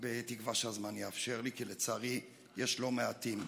בתקווה שהזמן יאפשר לי, כי לצערי יש לא מעטים.